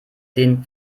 den